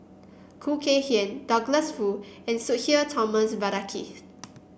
Khoo Kay Hian Douglas Foo and Sudhir Thomas Vadaketh